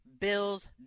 Bills